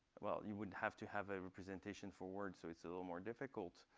well, you would have to have a representation for words, so it's a little more difficult.